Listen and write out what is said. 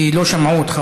כי לא שמעו אותך,